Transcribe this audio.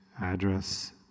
address